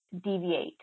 deviate